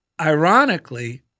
ironically